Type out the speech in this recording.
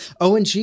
ONG